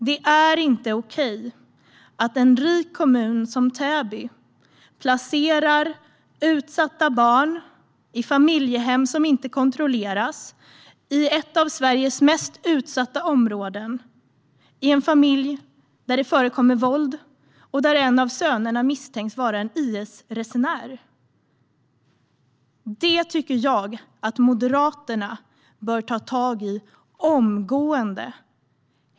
Det är inte okej att en rik kommun som Täby placerar utsatta barn i familjehem som inte kontrolleras i ett av Sveriges mest utsatta områden, i en familj där det förekommer våld och där en av sönerna misstänks vara en IS-resenär. Det tycker jag att Moderaterna bör ta tag i omgående.